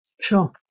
Sure